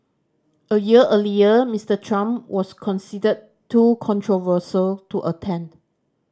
a year earlier Mister Trump was considered too controversial to attend